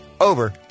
over